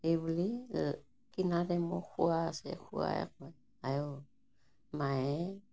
এইবুলি কিনাতে মোক কোৱা আছে খোৱাই কয় আই অ' মায়ে